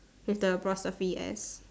with the apostrophe S